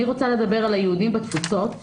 אני רוצה לדבר על היהודים בתפוצות,